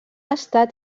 estat